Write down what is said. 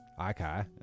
Okay